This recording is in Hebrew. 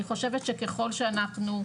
אני חושבת שככל שאנחנו,